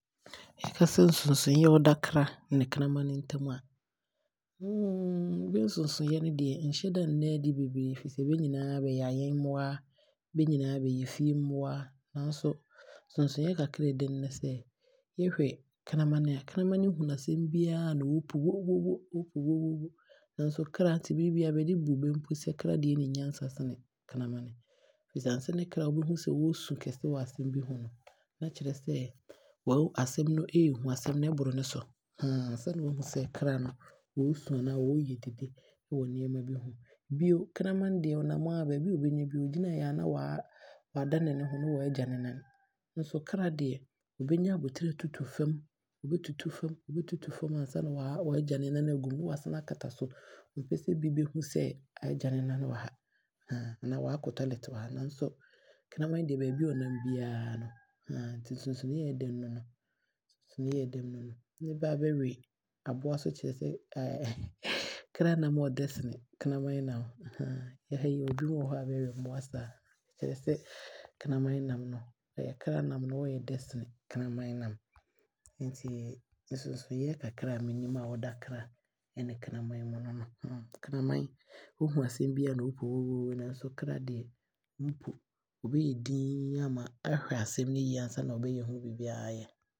Bɛkasɛ nsonsonoeɛ a ɔda kra ne kramane ntam a bɛ nsonsonoeɛ he deɛ nhyɛ da nna adi beberee efirisɛ benyinaa bɛyɛ ayɛmmoa. Benyinaa bɛyɛ fie mmoa nanso nsonoeɛ kakra a ɔda bɛmu ne sɛ, wohwɛ kramane a, kramane hunu asɛm biara na ɔɔpo wooo! Woo! Woo! Woo! Nanso kra deɛ ɔmpo saa, nti berɛ biara bɛde bu bɛ sɛ kra nim nyansa sene kramane. Ansa na wobɛhu sɛ kra ɔɔsu kɛse wɔ asɛm bi ho no, na asɛm no atumi no anaa ɛɛhu anaa aaboro ne so ansa na wahu sɛ kra no ɔɔsu. Bio, kramane deɛ ɔnam a baabi deɛ ɔbɛnya biara na waagya ne nan, nanso kra deɛ ɔbɛnya aboterɛ watutu fam ansa na waagya ne nane agu mu na waasane aakata so. Ɔmpɛ sɛ bi bɛhunu sɛ aagya ne nane wɔ ha, nanso kramane deɛ baabi a ɔnam biara no nsonsonoeɛ a ɔda mu ne no. Baa bɛwe bɛnam no nso kyerɛ sɛ kra nam ɔɔdɛ sene kramane nam. Ha yi binom wɔ hɔ a bɛwe kra ne kramane nam no kyerɛ sɛ kra nam ɔɔdɛ sene kramane nam. Enti nsonsonoeɛ a ɔda kra ne kramane ntam ne no.